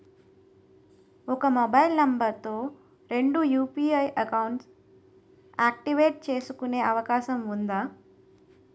ఒక mobile number తో రెండు యు.పి.ఐ అకౌంట్స్ యాక్టివేట్ చేసుకునే అవకాశం వుందా?